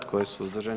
Tko je suzdržan?